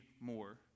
more